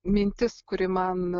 mintis kuri man